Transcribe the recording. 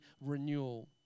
renewal